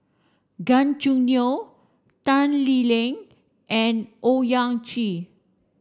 Gan Choo Neo Tan Lee Leng and Owyang Chi